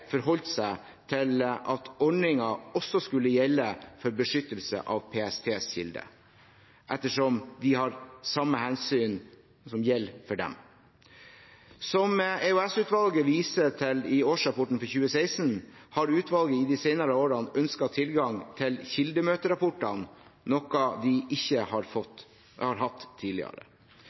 forholdt seg til at ordningen også skulle gjelde for beskyttelse av PSTs kilder, ettersom de har samme hensyn som gjelder for dem. Som EOS-utvalget viser til i årsrapporten for 2016, har utvalget i de senere årene ønsket tilgang til kildemøterapportene, noe de ikke har hatt tidligere.